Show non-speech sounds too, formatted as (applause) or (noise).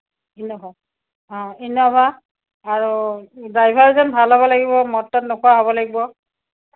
(unintelligible) অঁ ইন'ভা আৰু ড্ৰাইভাৰজন ভাল হ'ব লাগিব মদ চদ নোখোৱা হ'ব লাগিব